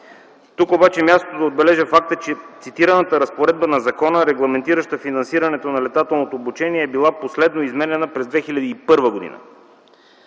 Тук обаче е мястото да отбележа факта, че цитираната разпоредба на закона, регламентираща финансирането на летателното обучение, е била последно изменяна през 2001 г.